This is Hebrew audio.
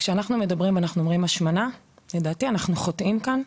כשאנחנו אומרים ׳השמנה׳, לדעתי אנחנו חוטאים כאן,